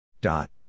Dot